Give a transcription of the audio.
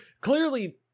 clearly